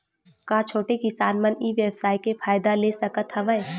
का छोटे किसान मन ई व्यवसाय के फ़ायदा ले सकत हवय?